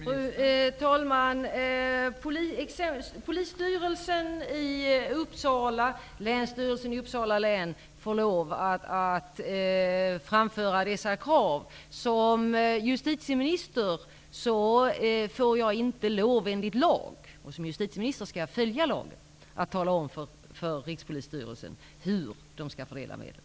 Fru talman! Polisstyrelsen i Uppsala och Länsstyrelsen i Uppsala län får lov att framföra dessa krav. Som justitieminister får jag enligt lag -- och som justitieminister skall jag följa lagen -- inte lov att tala om för Rikspolisstyrelsen hur man skall fördela medlen.